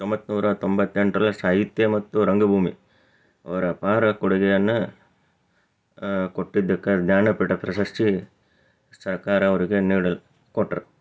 ಹತ್ತೊಂಬತ್ತು ನೂರ ತೊಂಬತ್ತೆಂಟರಲ್ಲಿ ಸಾಹಿತ್ಯ ಮತ್ತು ರಂಗಭೂಮಿ ಅವರು ಅಪಾರ ಕೊಡುಗೆಯನ್ನು ಕೊಟ್ಟಿದ್ದಕ್ಕೆ ಜ್ಞಾನಪೀಠ ಪ್ರಶಸ್ತಿ ಸರ್ಕಾರ ಅವರಿಗೆ ನೀಡಲು ಕೊಟ್ಟರು